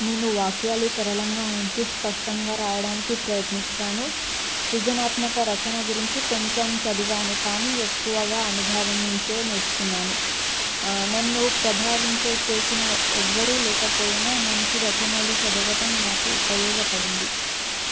నేను వాక్యాలు సరళంగా ఉంచి స్పష్టంగా రాయడానికి ప్రయత్నిస్తాను సృజనాత్మక రచన గురించి కొంచెం చదివాను కానీ ఎక్కువగా అనుభవం నుంచే నేర్చుకున్నాను నన్ను ప్రభావితం చేసిన ఎవ్వరూ లేకపోయినా మంచి రచనాలు చదవడం నాకు ఉపయోగపడింది